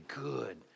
good